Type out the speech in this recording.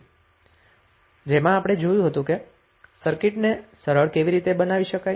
જેમા આપણે જોયુ હતું કે સર્કિટને સરળ કેવી રીતે બનાવી શકાય છે